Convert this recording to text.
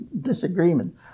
disagreement